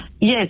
Yes